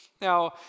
Now